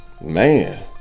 Man